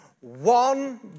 one